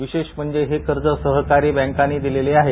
विशेष म्हणजे हे कर्ज सहकारी बैंकांनी दिलेले आहे